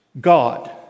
God